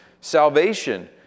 salvation